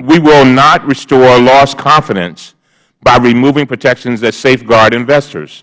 we will not restore lost confidence by removing protections that safeguard investors